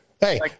Hey